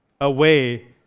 away